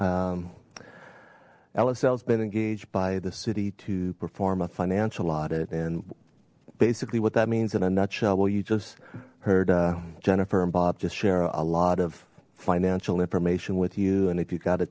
music alisal has been engaged by the city to perform a financial audit and basically what that means in a nutshell well you just heard jennifer and bob just share a lot of financial information with you and if you've got a